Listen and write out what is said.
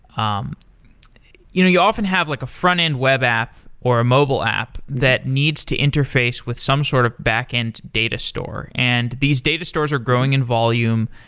um you know you often have like a front-end web app, or a mobile app that needs to interface with some sort of backend data store. and these data stores are growing in volume.